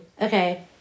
Okay